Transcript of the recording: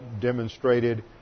demonstrated